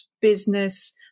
business